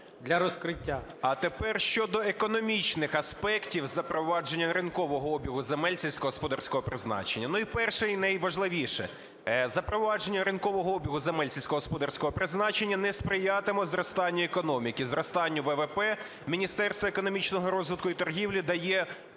А тепер щодо економічних аспектів запровадження ринкового обігу земель сільськогосподарського призначення. Ну, і перше, і найважливіше. Запровадження ринкового обігу земель сільськогосподарського призначення не сприятиме зростанню економіки, зростанню ВВП. Міністерство економічного розвитку і торгівлі дає